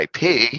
IP